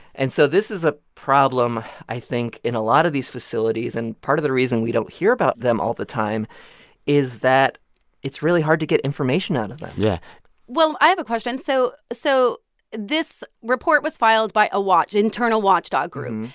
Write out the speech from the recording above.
and so this is a problem, i think, in a lot of these facilities. and part of the reason we don't hear about them all the time is that it's really hard to get information out of them yeah well, i have a question. so so this report was filed by a watch internal watchdog group.